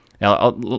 Now